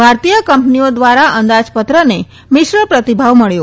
ભારતીય કં નીઓ ધ્વારા અંદા ત્રને મિશ્ર પ્રતિભાવ મળ્યો